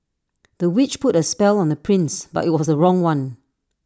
the witch put A spell on the prince but IT was the wrong one